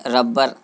rubber